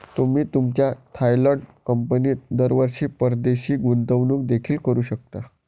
तुम्ही तुमच्या थायलंड कंपनीत दरवर्षी परदेशी गुंतवणूक देखील करू शकता